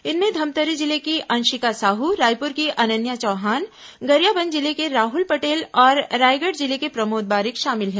इनमें धमतरी जिले की अंशिका साह रायपुर की अनन्या चौहान गरियाबंद जिले के राहुल पटेल और रायगढ़ जिले के प्रमोद बारिक शामिल हैं